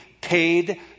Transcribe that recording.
paid